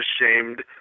ashamed